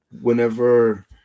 whenever